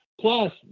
Plus